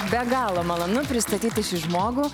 be galo malonu pristatyti šį žmogų